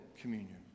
communion